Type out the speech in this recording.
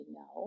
no